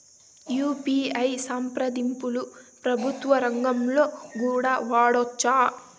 UPI సంప్రదింపులు ప్రభుత్వ రంగంలో కూడా వాడుకోవచ్చా?